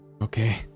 Okay